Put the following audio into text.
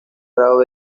grado